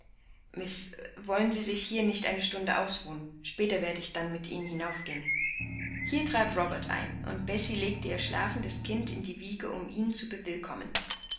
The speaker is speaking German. wollen sie sich hier nicht eine stunde ausruhen später werde ich dann mit ihnen hinaufgehen hier trat robert ein und bessie legte ihr schlafendes kind in die wiege um ihn zu